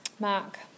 Mark